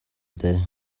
дээ